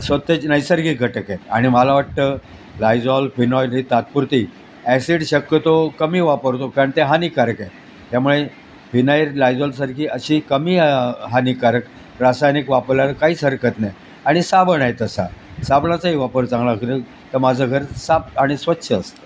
स्वताची नैसर्गिक घटक आहे आणि मला वाटतं लायझॉल फिनॉईल ही तात्पुरती ॲसिड शक्यतो कमी वापरतो कारण ते हानिकारकय त्यामुळे फिनाईल लायझॉलसारखी अशी कमी हानिकारक रासायनिक वापरल्यानं काहीच हरकत नाही आणि साबण आहे तसा साबणाचाही वापर चांगला तर माझं घर साफ आणि स्वच्छ असतं